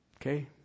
Okay